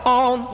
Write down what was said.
on